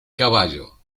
caballo